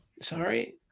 sorry